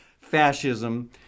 fascism